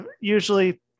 usually